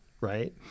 right